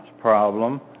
problem